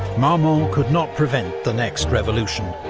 marmont could not prevent the next revolution,